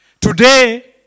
Today